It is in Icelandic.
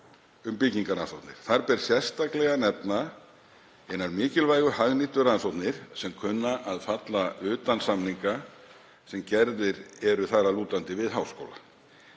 um byggingarrannsóknir. Þar ber sérstaklega að nefna hinar mikilvægu hagnýtu rannsóknir sem kunna að falla utan samninga sem gerðir eru að þar að lútandi við háskóla.